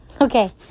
Okay